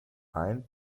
ein